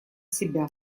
себя